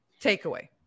Takeaway